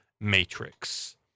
Matrix